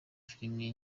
filimi